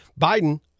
Biden